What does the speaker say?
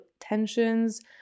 tensions